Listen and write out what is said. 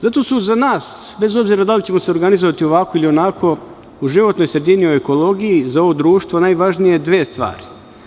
Zato su za nas, bez obzira da li ćemo se organizovati ovako ili onako, u životnoj sredini i u ekologiji za ovo društvo najvažnije dve stvari.